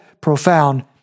profound